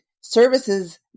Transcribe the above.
services